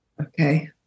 Okay